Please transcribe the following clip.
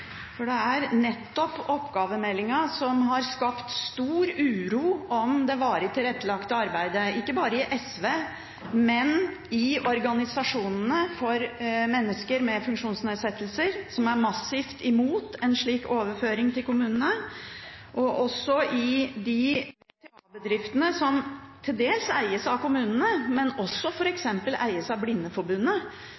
For det er nettopp oppgavemeldingen som har skapt stor uro om det varig tilrettelagte arbeidet, ikke bare i SV, men i organisasjonene for mennesker med funksjonsnedsettelser, som er massivt imot en slik overføring til kommunene, og også i de VTA-bedriftene som til dels eies av kommunene, men som også f.eks. eies av Blindeforbundet.